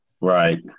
Right